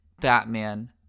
...Batman